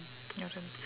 your turn